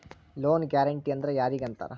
Loan guarantee ಅಂದ್ರ್ ಯಾರಿಗ್ ಅಂತಾರ?